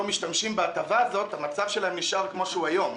משתמשים בהטבה הזו המצב שלהם נשאר כמו שהוא היום.